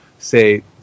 Say